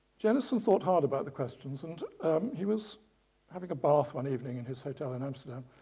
jenison thought hard about the questions and he was having a bath one evening in his hotel in amsterdam,